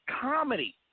comedy